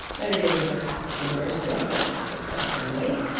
notre dame is a catholic university. i grew up catholic, so i can relate.